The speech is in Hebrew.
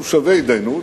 הוא שווה התדיינות,